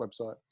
website